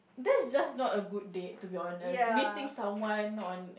that's just not a good date to be honest meeting someone on